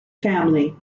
family